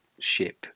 ship